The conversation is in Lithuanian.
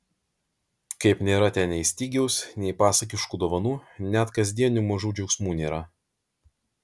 kaip nėra ten nei stygiaus nei pasakiškų dovanų net kasdienių mažų džiaugsmų nėra